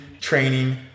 training